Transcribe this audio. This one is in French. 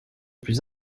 plus